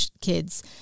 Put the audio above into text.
kids